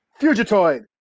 Fugitoid